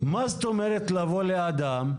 מה זאת אומרת לבוא לאדם,